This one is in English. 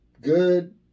good